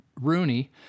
Rooney